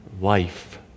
life